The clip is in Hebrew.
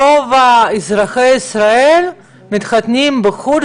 רוב אזרחי ישראל שמתחתנים בחו"ל,